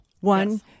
one